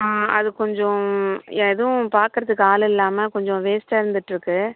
அது கொஞ்சம் எதுவும் பார்க்குறத்துக்கு ஆள் இல்லாமல் கொஞ்சம் வேஸ்ட்டாக இருந்துகிட்டுருக்கு